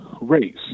race